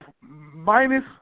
minus